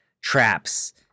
traps